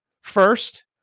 first